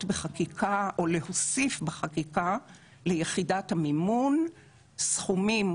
בחקיקה או להוסיף בחקיקה ליחידת המימון סכומים